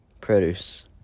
Produce